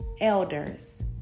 elders